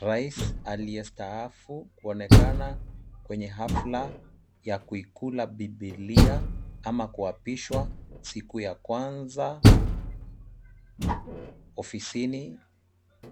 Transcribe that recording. Rais aliyestaafu kuonekana kwenye hafla ya kuikula bibilia ama kuapishwa siku ya kwanza ofisini